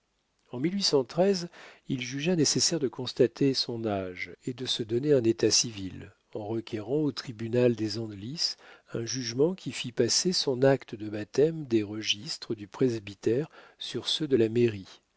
en il jugea nécessaire de constater son âge et de se donner un état civil en requérant au tribunal des andelys un jugement qui fît passer son acte de baptême des registres du presbytère sur ceux de la mairie